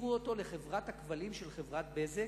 והשכירו אותו לחברת הכבלים של חברת "בזק"?